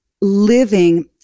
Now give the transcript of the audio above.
living